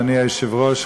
אדוני היושב-ראש,